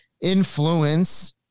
influence